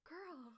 Girl